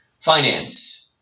Finance